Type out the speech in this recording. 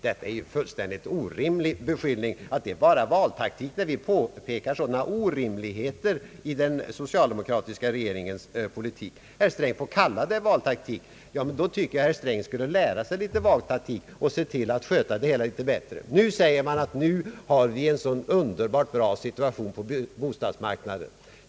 Det är en fullständigt orimlig beskyllning att det bara är valtaktik när vi påpekar sådana orimligheter i den socialdemokratiska regeringens politik. Herr Sträng får kalla det valtaktik, men då tycker jag herr Sträng skulle lära sig litet valtaktik och se till att sköta det hela litet bättre. Nu säger man att vi i dag har en så underbart bra situation på bostadsbyggnadsmarknaden.